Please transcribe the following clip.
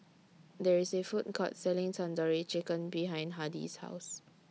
There IS A Food Court Selling Tandoori Chicken behind Hardie's House